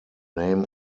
name